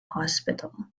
hospital